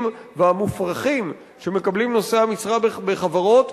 והמופרכים שמקבלים נושאי המשרה בחברות,